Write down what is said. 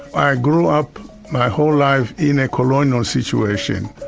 i grew up my whole life in a colonial situation.